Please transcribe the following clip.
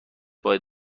باید